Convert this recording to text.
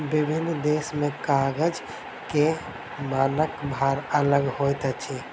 विभिन्न देश में कागज के मानक भार अलग होइत अछि